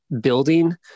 building